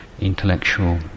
intellectual